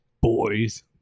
boys